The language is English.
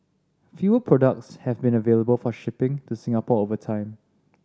fewer products have been available for shipping to Singapore over time